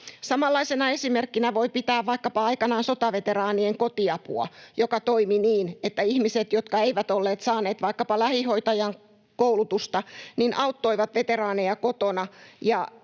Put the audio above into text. Samanlaisena esimerkkinä voi pitää vaikkapa sotaveteraanien kotiapua, joka toimi aikanaan niin, että ihmiset, jotka eivät olleet saaneet vaikkapa lähihoitajan koulutusta, auttoivat veteraaneja kotona, ja